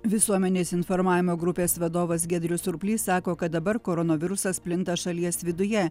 visuomenės informavimo grupės vadovas giedrius surplys sako kad dabar koronavirusas plinta šalies viduje